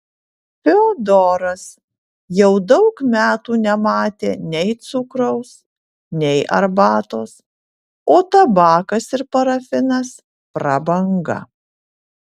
fiodoras jau daug metų nematė nei cukraus nei arbatos o tabakas ir parafinas prabanga